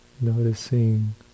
Noticing